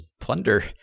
plunder